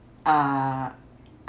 uh